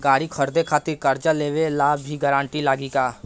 गाड़ी खरीदे खातिर कर्जा लेवे ला भी गारंटी लागी का?